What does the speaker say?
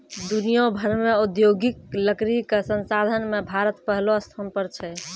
दुनिया भर मॅ औद्योगिक लकड़ी कॅ संसाधन मॅ भारत पहलो स्थान पर छै